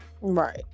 right